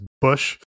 Bush